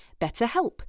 BetterHelp